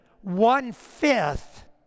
one-fifth